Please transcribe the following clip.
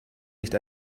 nicht